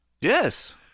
Yes